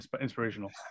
inspirational